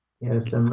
Yes